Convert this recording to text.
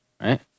Right